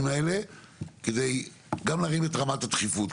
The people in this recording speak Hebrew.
האלה כדי גם להבין את רמת הדחיפות,